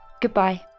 Goodbye